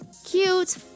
cute